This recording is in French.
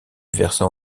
versant